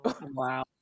Wow